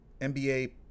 NBA